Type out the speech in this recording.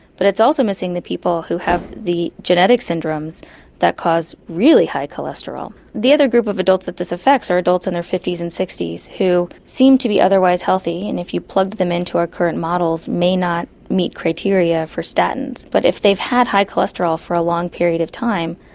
but it's also missing the people who have the genetic syndromes that cause really high cholesterol. the other group of adults that this affects our adults in their fifty s and sixty s who seem to be otherwise healthy, and if you plug them into our current models may not meet criteria for statins. but if they've had high cholesterol for a long period of time,